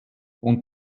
und